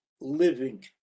living